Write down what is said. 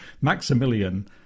Maximilian